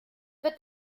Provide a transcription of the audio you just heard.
wird